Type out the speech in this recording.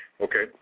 Okay